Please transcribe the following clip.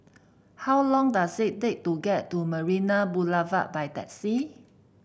how long does it take to get to Marina Boulevard by taxi